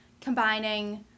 combining